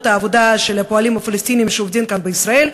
העבודה של הפועלים הפלסטינים שעובדים כאן בישראל,